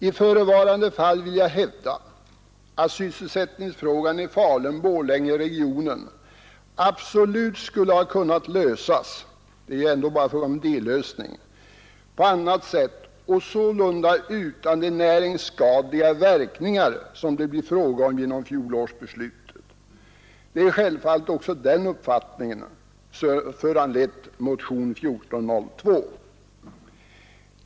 I förevarande fall vill jag hävda att sysselsättningsfrågan i Falun-Borlängeregionen absolut skulle ha kunnat lösas — det är ju ändå bara fråga om en dellösning — på annat sätt och sålunda utan de näringsskadliga verkningar som det blir fråga om genom fjolårsbeslutet. Det är självfallet denna uppfattning som föranlett motionen 1402.